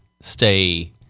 stay